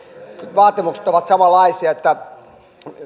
vaatimukset ovat samanlaisia